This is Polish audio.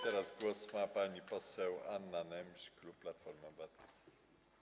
Teraz głos ma pani poseł Anna Nemś, klub Platformy Obywatelskiej.